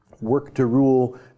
work-to-rule